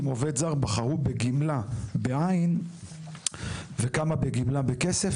עובד זר בחרו בגמלה בעין וכמה בגמלה בכסף.